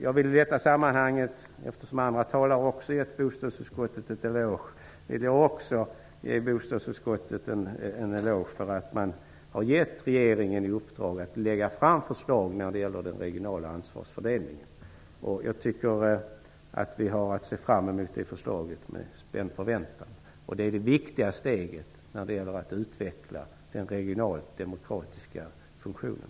Jag vill i detta sammanhang, liksom andra talare, ge bostadsutskottet en eloge för att man har givit regeringen i uppdrag att lägga fram förslag när det gäller den regionala ansvarsfördelnigen. Jag tycker att vi har att se fram emot det förslaget med spänd förväntan. Det är det viktiga steget när det gäller att utveckla den regionala, demokratiska funktionen.